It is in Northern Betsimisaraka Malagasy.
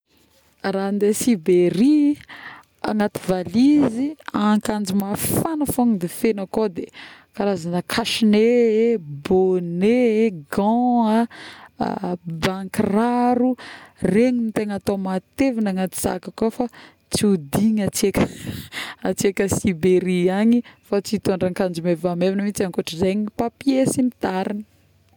raha andeha siberi, agnaty valizy akanjo mafagna fôgna fegnoakao de karazagna cache-nez, bonnet, gan, aa bakiraro, regny ntegna atao matevigny atao agnaty sac akao fa tsy ho digny antsika à siberi agny fa tsy itôndra akanjo maivamaivagna mihitsy, ankoatra izay ny papier sy ny tarigny